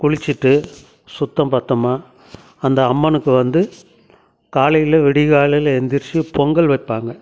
குளிச்சுட்டு சுத்தம்பத்தமாக அந்த அம்மனுக்கு வந்து காலையில் விடியகாலையில் எழுந்திரிச்சி பொங்கல் வைப்பாங்க